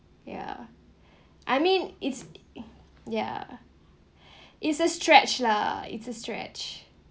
yeah I mean it's a yeah it's a stretch lah it's a stretch